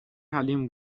حلیم